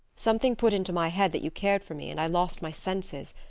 something put into my head that you cared for me and i lost my senses.